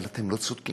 אבל אתם לא צודקים.